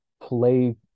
play